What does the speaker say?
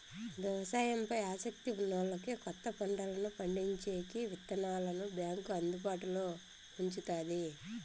వ్యవసాయం పై ఆసక్తి ఉన్నోల్లకి కొత్త పంటలను పండించేకి విత్తనాలను బ్యాంకు అందుబాటులో ఉంచుతాది